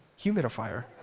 humidifier